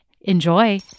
Enjoy